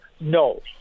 No